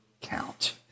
count